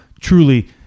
truly